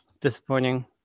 Disappointing